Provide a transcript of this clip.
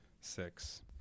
Six